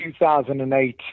2008